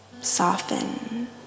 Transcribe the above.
soften